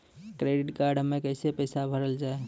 Credit card हम्मे कैसे पैसा भरल जाए?